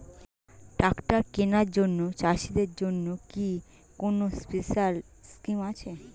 Tractor কেনার জন্য চাষিদের জন্য কি কোনো স্পেশাল স্কিম আছে?